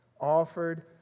offered